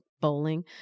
bowling